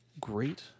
Great